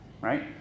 Right